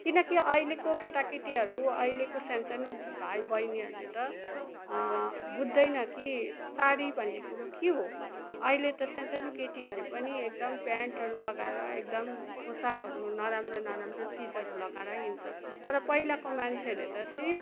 किनकि अहिलेको केटाकेटीहरू अहिलेको सान्सानो भाइ बहिनीहरूले त बुझ्दैन कि साडी भन्ने कुरो के हो अहिले त सान्सानो केटीहरूले पनि एकदम प्यान्टहरू लगाएर एकदम पोसाकहरू नराम्रो नराम्रो चिजहरू लगाएर हिँड्छ तर पहिलाको मान्छेहरूले त सिर्फ